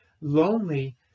lonely